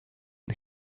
ben